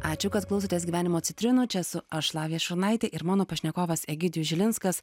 ačiū kad klausotės gyvenimo citrinų čia esu aš lavija šurnaitė ir mano pašnekovas egidijus žilinskas